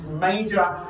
major